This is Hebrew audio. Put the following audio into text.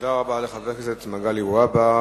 תודה רבה לחבר הכנסת מגלי והבה.